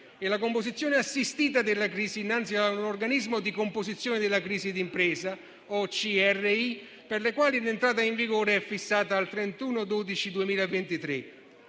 e la composizione assistita della crisi innanzi a un organismo di composizione della crisi di impresa (Ocri), per le quali l'entrata in vigore è fissata al 31